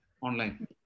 online